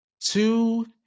two